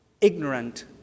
ignorant